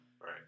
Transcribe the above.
Right